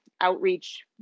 outreach